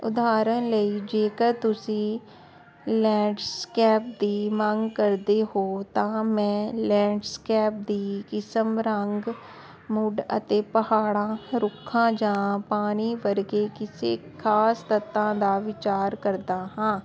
ਉਦਾਹਰਨ ਲਈ ਜੇਕਰ ਤੁਸੀਂ ਲੈਂਡਸਕੈਪ ਦੀ ਮੰਗ ਕਰਦੇ ਹੋ ਤਾਂ ਮੈਂ ਲੈਂਡਸਕੈਪ ਦੀ ਕਿਸਮ ਰੰਗ ਮੁੱਢ ਅਤੇ ਪਹਾੜਾਂ ਰੁੱਖਾਂ ਜਾਂ ਪਾਣੀ ਵਰਗੀ ਕਿਸੇ ਖਾਸ ਤੱਤਾਂ ਦਾ ਵਿਚਾਰ ਕਰਦਾ ਹਾਂ